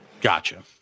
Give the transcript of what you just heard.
Gotcha